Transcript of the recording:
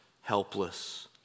helpless